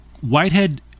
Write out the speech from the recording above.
Whitehead